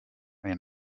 and